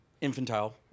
infantile